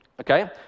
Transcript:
okay